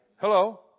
Hello